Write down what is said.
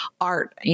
Art